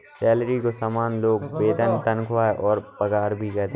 salary को सामान्य लोग वेतन तनख्वाह और पगार भी कहते है